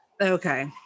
Okay